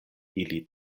ili